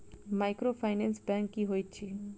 Microfinance bank की होइत अछि?